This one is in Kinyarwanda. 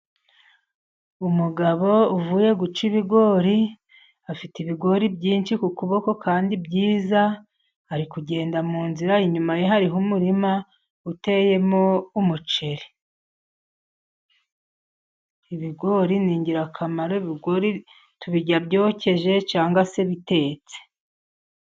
Umugabo uvuye guca ibigori, afite ibigori byinshi ku kuboko kandi byiza, ari kugenda mu nzira, inyuma hariho umurima uteyemo umuceri. ibigori n'ingirakamaro, ibigori tubirya byokeje cyangwa se bitetse.